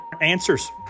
answers